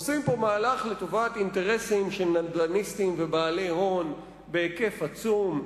עושים פה מהלך לטובת אינטרסים של נדל"ניסטים ובעלי הון בהיקף עצום,